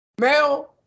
Male